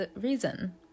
reason